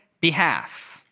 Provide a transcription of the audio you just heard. behalf